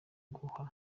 guha